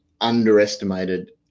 underestimated